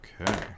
Okay